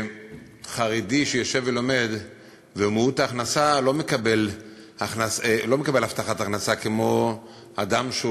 חרדי שיושב ולומד והוא מעוט הכנסה לא מקבל הבטחת הכנסה כמו אדם שהוא